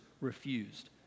refused